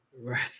Right